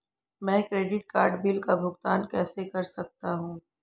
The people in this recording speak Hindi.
मैं क्रेडिट कार्ड बिल का भुगतान कैसे कर सकता हूं?